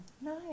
Nice